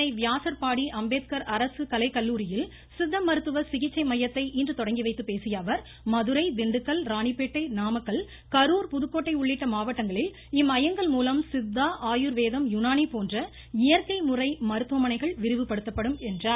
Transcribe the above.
சென்னை வியாசர்பாடி அம்பேத்கர் அரசு கலை கல்லூரியில் சித்த மருத்துவ சிகிச்சை மையத்தை இன்று தொடங்கி வைத்து பேசிய அவர் மதுரை திண்டுக்கல் ராணிப்பேட்டை நாமக்கல் கரூர் புதுக்கோட்டை உள்ளிட்ட இம்மையங்கள் மூலம் சித்தா ஆயுர்வேதம் யுனானி போன்ற இயற்கை முறை மருத்துவமனைகள் விரிவுபடுத்தப்படும் என்றார்